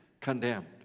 condemned